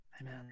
Amen